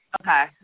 okay